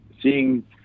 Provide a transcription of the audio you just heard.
seeing